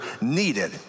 needed